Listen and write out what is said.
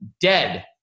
dead